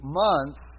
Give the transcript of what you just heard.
months